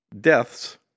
deaths